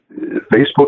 Facebook